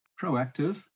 proactive